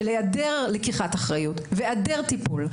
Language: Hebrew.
של היעדר לקיחת אחריות והיעדר טיפול,